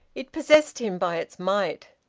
it possessed him by its might.